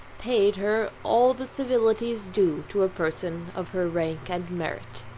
paid her all the civilities due to a person of her rank and merit.